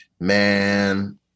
man